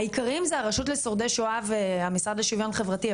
העיקריים אלו הרשות לשורדי שואה והמשרד לשוויון חברתי,